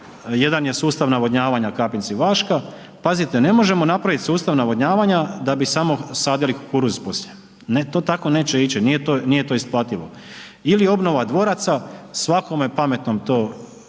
Jedan je sustav navodnjavanja Kapinci – Vaška, pazite ne možemo napraviti sustav navodnjavanja da bi samo sadili kukuruz poslije, ne to tako neće ići, nije to isplativo. Ili obnova dvoraca, svakome pametnom je jasno